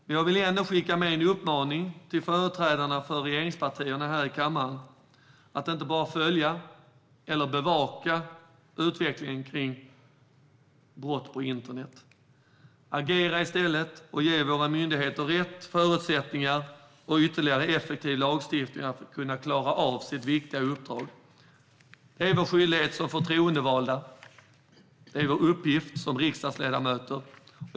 Men jag vill ändå skicka med en uppmaning till företrädarna för regeringspartierna här i kammaren om att inte bara följa eller bevaka utvecklingen när det gäller brott på internet. Agera i stället! Ge våra myndigheter rätt förutsättningar och ytterligare effektiv lagstiftning för att kunna klara av sitt viktiga uppdrag! Det är vår skyldighet som förtroendevalda. Det är vår uppgift som riksdagsledamöter.